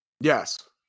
Yes